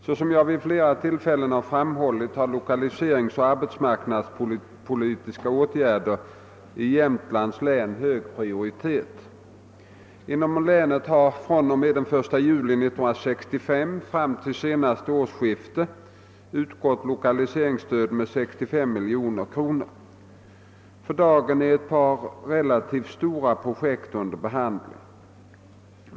Såsom jag vid flera tillfällen har framhållit har lokaliseringsoch arbetsmarknadspolitiska åtgärder i Jämtlands län hög prioritet. Inom länet hade från och med den 1 juli 1965 fram till senaste årsskiftet utgått lokaliseringsstöd med 65 miljoner kronor. För dagen är ett par relativt stora projekt under behandling.